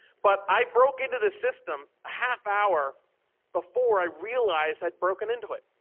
but i broke into the system half hour before i realized i'd broken into it.